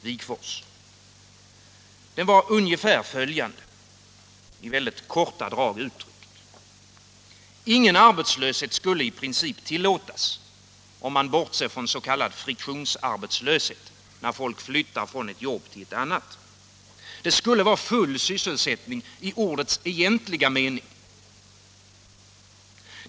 Huvudtanken var ungefär följande, uttryckt i mycket korta drag: Ingen arbetslöshet skulle i princip tillåtas, bortsett från s.k. friktionsarbetslöshet, dvs. när folk flyttar från ett jobb till ett annat. Det skulle vara full sysselsättning i ordets egentliga mening.